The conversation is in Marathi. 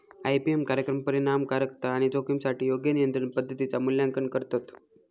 आई.पी.एम कार्यक्रम परिणामकारकता आणि जोखमीसाठी योग्य नियंत्रण पद्धतींचा मूल्यांकन करतत